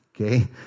Okay